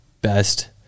best